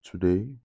today